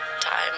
time